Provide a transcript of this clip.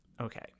Okay